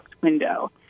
window